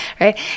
Right